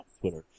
Twitter